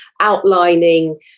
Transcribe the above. outlining